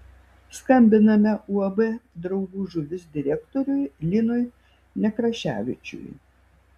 skambiname uab draugų žuvis direktoriui linui nekraševičiui